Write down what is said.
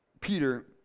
Peter